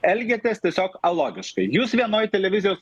elgiatės tiesiog alogiškai jūs vienoj televizijos